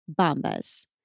Bombas